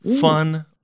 Fun